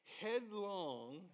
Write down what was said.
headlong